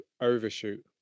overshoot